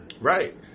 Right